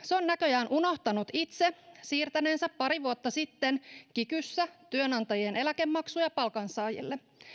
se on näköjään unohtanut itse siirtäneensä pari vuotta sitten kikyssä työnantajien eläkemaksuja palkansaajille